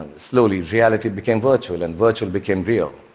slowly, reality became virtual and virtual became real,